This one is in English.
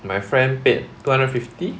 my friend paid two hundred fifty